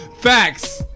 Facts